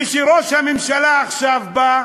וכשראש הממשלה עכשיו בא,